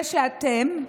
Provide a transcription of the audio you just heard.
שזה אתם,